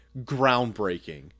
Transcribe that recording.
groundbreaking